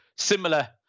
Similar